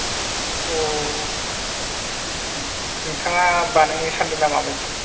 अह ओह उम उम नोंथाङा बानायनो सानदों नामा मैखुन